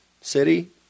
city